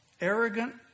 arrogant